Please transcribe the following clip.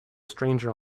stranger